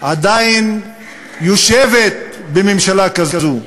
עדיין יושבת בממשלה כזאת.